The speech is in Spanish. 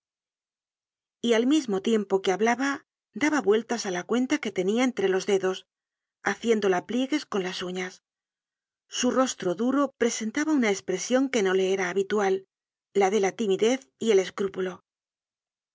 y al mismo tiempo que hablaba daba vueltas á la cuenta que tenia entre los dedos haciéndola pliegues con las uñas su rostro duro presentaba una espresion que no le era habitual la de la timidez y el escrúpulo